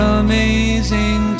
amazing